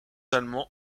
allemands